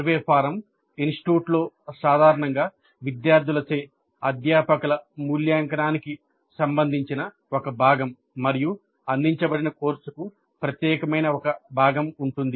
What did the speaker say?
survey form ఇన్స్టిట్యూట్లో సాధారణంగా విద్యార్థులచే అధ్యాపకుల మూల్యాంకనానికి సంబంధించిన ఒక భాగం మరియు అందించబడిన కోర్సుకు ప్రత్యేకమైన ఒక భాగం ఉంటుంది